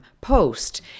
post